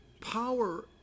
Power